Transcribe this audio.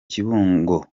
kibungo